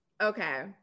okay